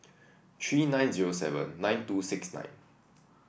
three nine zero seven nine two six nine